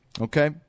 okay